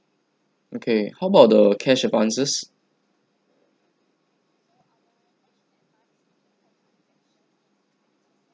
okay how about the cash advances